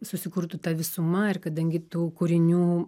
susikurtų ta visuma ir kadangi tų kūrinių